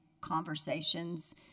conversations